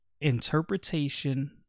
interpretation